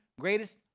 greatest